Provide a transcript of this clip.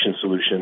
solution